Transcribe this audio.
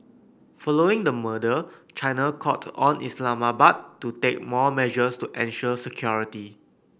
following the murder China called on Islamabad to take more measures to ensure security